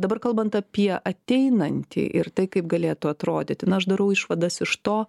o dabar kalbant apie ateinantį ir tai kaip galėtų atrodyti na aš darau išvadas iš to